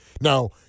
Now